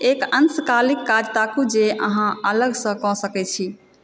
एक अंशकालिक काज ताकू जे अहाँ अलगसँ कऽ सकै छी